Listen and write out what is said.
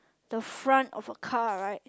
the front of a car right